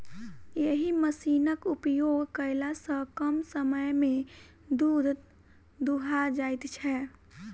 एहि मशीनक उपयोग कयला सॅ कम समय मे दूध दूहा जाइत छै